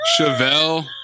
Chevelle